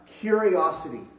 curiosity